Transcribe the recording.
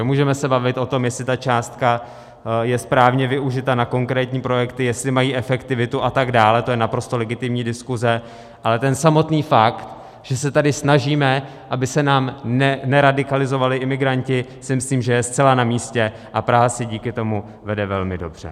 Můžeme se bavit o tom, jestli ta částka je správně využita na konkrétní projekty, jestli mají efektivitu a tak dále, to je naprosto legitimní diskuze, ale ten samotný fakt, že se tady snažíme, aby se nám neradikalizovali imigranti, si myslím, že je zcela namístě, a Praha si díky tomu vede velmi dobře.